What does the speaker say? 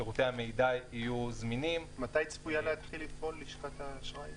שירותי המידע יהיו זמינים -- מתי צפויה להתחיל לפעול לשכת האשראי?